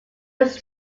was